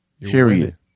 Period